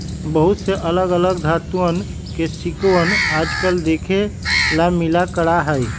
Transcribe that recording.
बहुत से अलग अलग धातुंअन के सिक्कवन आजकल देखे ला मिला करा हई